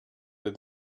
that